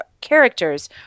characters